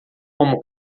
como